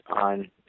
on